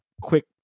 quick